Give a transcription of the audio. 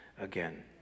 again